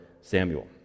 Samuel